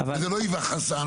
זה לא היווה חסם,